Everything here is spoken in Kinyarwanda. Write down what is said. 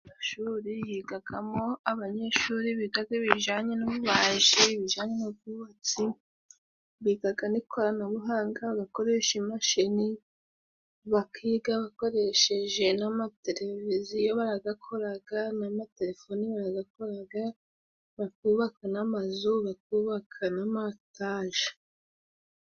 Amashuri yigagamo abanyeshuri bigaga ibijanye n'ububaji, ibijanye n'ubwubatsi bigaga n'ikoranabuhanga bakoresha imashini bakiga bakoresheje n'amateleviziyo baragakoraga, n'amatelefoni bakubaka n'amazu bakubaka n'amayetaje.